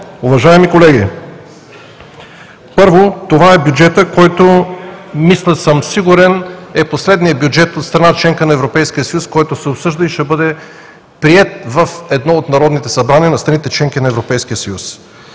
уважаеми колеги, първо, това е бюджетът, който мисля, че съм сигурен, е последният бюджет от страна – членка на Европейския съюз, който се обсъжда и ще бъде приет в едно от народните събрания на страните – членки на Европейския съюз.